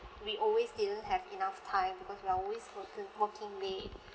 we always didn't have enough time because we are always working working late